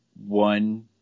one